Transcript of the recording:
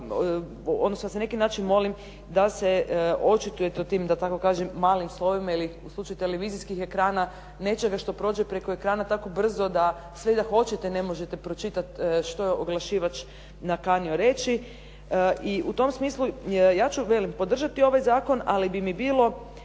da se na neki način očitujete o tim, da tako kažem, malim slovima ili u slučaju televizijskih ekrana nečega što prođe preko ekrana tako brzo da sve i da hoćete ne možete pročitat što je oglašivač nakanio reći. I u tom smislu ja ću podržati ovaj zakon, ali bi mi bilo